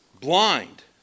blind